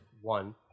One